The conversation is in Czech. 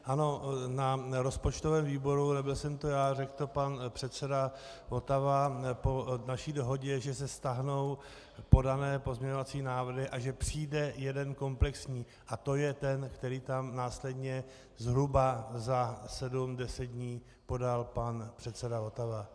Ano, na rozpočtovém výboru, nebyl jsem to já, řekl to pan předseda Votava po naší dohodě, že se stáhnou podané pozměňovací návrhy a že přijde jeden komplexní, a to je ten, který tam následně zhruba za sedm, deset dní podal pan předseda Votava.